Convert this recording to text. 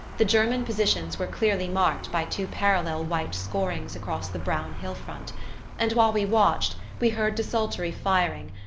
the german positions were clearly marked by two parallel white scorings across the brown hill-front and while we watched we heard desultory firing,